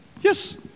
Yes